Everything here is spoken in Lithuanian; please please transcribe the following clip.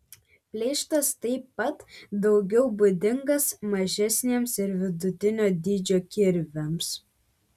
pleištas taip pat daugiau būdingas mažesniems ir vidutinio dydžio kirviams